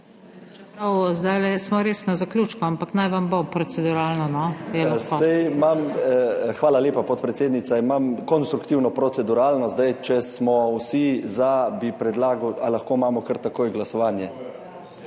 Čeprav zdajle smo res na zaključku, ampak naj vam bo proceduralno. **JANEZ CIGLER KRALJ (PS NSi):** Hvala lepa, podpredsednica. Imam konstruktivno proceduralno, zdaj, če smo vsi za, bi predlagal, ali lahko imamo kar takoj glasovanje,